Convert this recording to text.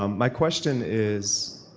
um my question is